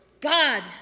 God